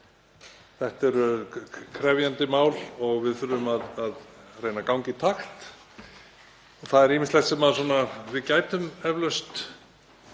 þetta eru krefjandi mál og við þurfum að reyna að ganga í takt. Það er ýmislegt sem við gætum eflaust